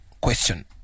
Question